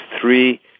three